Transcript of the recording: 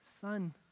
son